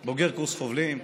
אני בוגר קורס חובלים,